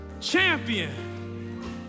Champion